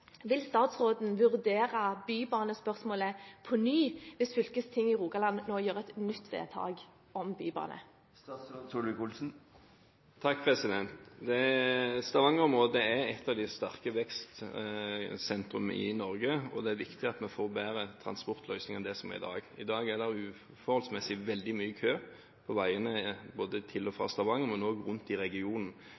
Vil statsråden vurdere bybanespørsmålet på nytt hvis fylkestinget i Rogaland nå gjør et nytt vedtak om bybane? Stavanger-området er ett av de sterke vekstsentrene i Norge. Det er viktig at vi får bedre transportløsninger enn de som er i dag. I dag er det uforholdsmessig mye kø på veien, til og fra Stavanger, men også i regionen. Til og med noen av oljeselskapene har opprettet avdelingskontor på Bryne, fordi køen fra